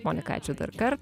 monika ačiū dar kartą